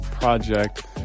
project